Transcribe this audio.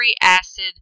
acid